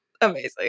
amazing